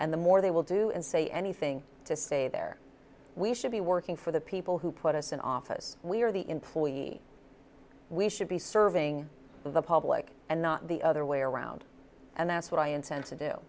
and the more they will do and say anything to say there we should be working for the people who put us in office we are the employee we should be serving the public and not the other way around and that's what i intend to do